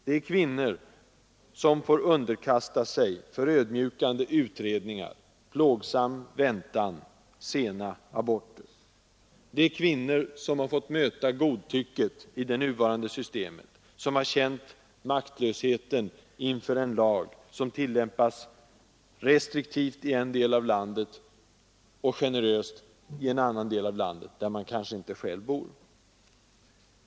Det är kvinnor som får underkasta sig förödmjukande utredningar, plågsam väntan, sena aborter. Det är kvinnor som har fått möta godtycket i det nuvarande systemet, som har känt maktlösheten inför en lag som tillämpas restriktivt i en del av landet och generöst i en annan del av landet, där man kanske inte själv bor.